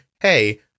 Hey